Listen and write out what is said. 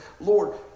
Lord